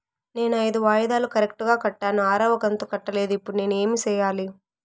నేను ఐదు వాయిదాలు కరెక్టు గా కట్టాను, ఆరవ కంతు కట్టలేదు, ఇప్పుడు నేను ఏమి సెయ్యాలి?